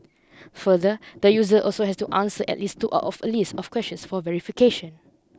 further the user also has to answer at least two out of a list of questions for verification